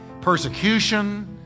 persecution